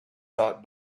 not